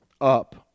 up